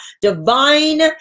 divine